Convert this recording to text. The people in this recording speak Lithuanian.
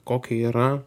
kokį yra